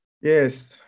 Yes